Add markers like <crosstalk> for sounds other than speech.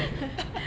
<laughs>